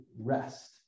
rest